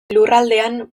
lurraldean